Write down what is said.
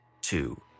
two